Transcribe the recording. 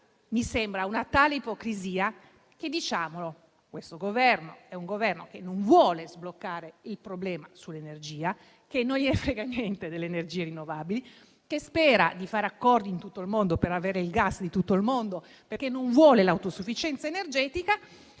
Mi sembra una tale ipocrisia che, diciamolo, questo Governo non vuole sbloccare il problema sull'energia, non gliene frega niente delle energie rinnovabili, spera di fare accordi in tutto il mondo per avere il gas di tutto il mondo, perché non vuole l'autosufficienza energetica